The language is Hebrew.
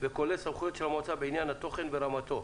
כולל סמכויות של המועצה בעניין התוכן ורמתו,